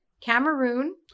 Cameroon